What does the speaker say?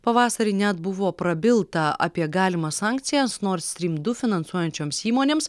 pavasarį net buvo prabilta apie galimas sankcijas nord strym du finansuojančioms įmonėms